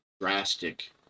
drastic